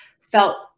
felt